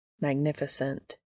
magnificent